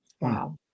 Wow